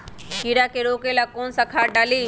कीड़ा के रोक ला कौन सा खाद्य डाली?